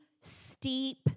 steep